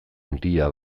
handia